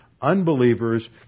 unbelievers